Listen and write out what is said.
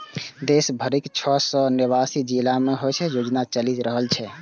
देश भरिक छह सय नवासी जिला मे ई योजना चलि रहल छै